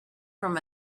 from